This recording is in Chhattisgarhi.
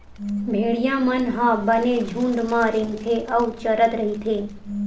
भेड़िया मन ह बने झूंड म रेंगथे अउ चरत रहिथे